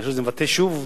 אני חושב שזה מבטא, שוב,